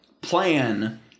plan